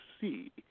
see